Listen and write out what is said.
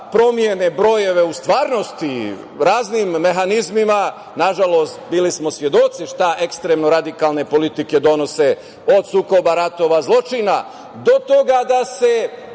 brojeve u stvarnosti raznim mehanizmima, nažalost bili smo svedoci šta ekstremno radikalne politike donose od sukoba, ratova, zločina do toga da se